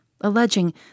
alleging